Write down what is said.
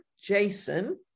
Jason